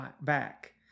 back